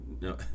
No